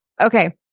Okay